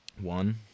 one